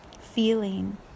feeling